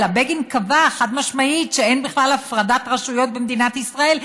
בגין קבע חד-משמעית שאין בכלל הפרדת רשויות במדינת ישראל,